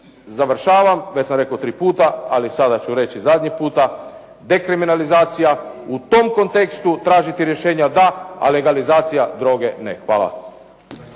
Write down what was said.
završavam, već sam rekao tri puta, ali sada ću reći zadnji puta, dekriminalizacija u tom kontekstu tražiti rješenja da, a legalizacija droge ne. Hvala.